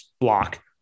block